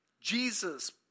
Jesus